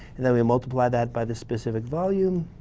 and then we multiply that by the specific volume